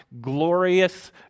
glorious